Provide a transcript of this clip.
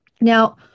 Now